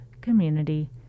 Community